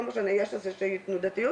לא משנה יש איזושהי תנועתיות